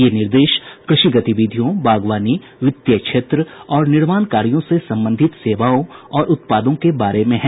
ये निर्देश कृषि गतिविधियों बागवानी वित्तीय क्षेत्र और निर्माण कार्यों से संबंधित सेवाओं और उत्पादों के बारे में हैं